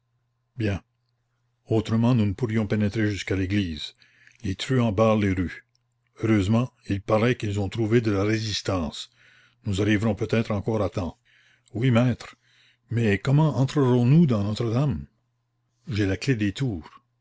bien autrement nous ne pourrions pénétrer jusqu'à l'église les truands barrent les rues heureusement il paraît qu'ils ont trouvé de la résistance nous arriverons peut-être encore à temps oui maître mais comment entrerons nous dans notre-dame j'ai la clef des tours